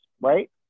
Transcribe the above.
right